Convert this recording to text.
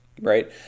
right